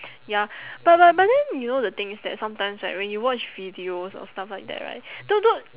ya but but but then you know the thing is that sometimes right when you watch videos of stuff like that right don't don't